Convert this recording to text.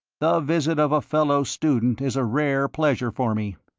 the visit of a fellow-student is a rare pleasure for me.